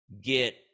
get